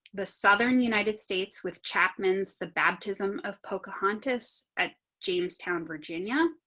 the southern united states with chapman's the baptism of pocahontas at james town, virginia,